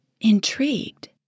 intrigued